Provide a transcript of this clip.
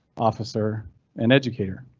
officer and educator.